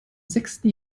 sechsten